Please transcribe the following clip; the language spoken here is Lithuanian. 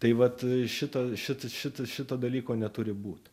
tai vat šito šito šito dalyko neturi būt